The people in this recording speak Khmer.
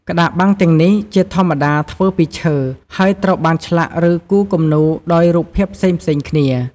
ក្តារបាំងទាំងនេះជាធម្មតាធ្វើពីឈើ ហើយត្រូវបានឆ្លាក់ ឬគូរគំនូរដោយរូបភាពផ្សេងៗគ្នា។